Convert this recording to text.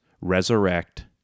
resurrect